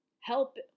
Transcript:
help